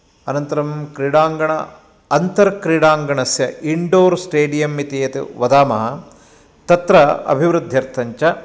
अनन्तरं क्रीडाङ्गण अन्तर्क्रीडाङ्गणस्य इण्डोर् स्टेडियम् इति यद्वदामः तत्र अभिवृद्ध्यर्थञ्च